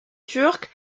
turque